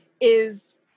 is-